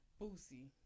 Boosie